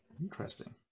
Interesting